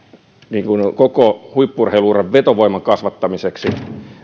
juuri koko huippu urheilu uran vetovoiman kasvattamiseksi on se että